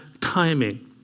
timing